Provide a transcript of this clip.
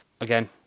again